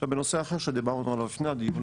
עכשיו בנושא אחר שדיברנו עליו לפני הדיון,